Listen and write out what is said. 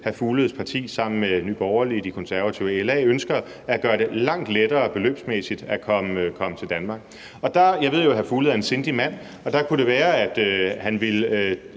et udspil sammen med Nye Borgerlige, De Konservative og LA ønsker at gøre det langt lettere for beløbsmæssigt at komme til Danmark. Jeg ved jo, at hr. Mads Fuglede er en sindig mand, og der kunne det være, at han ville